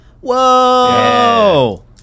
Whoa